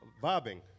Bobbing